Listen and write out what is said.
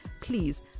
Please